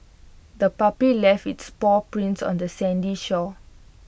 the puppy left its paw prints on the sandy shore